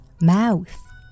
mouth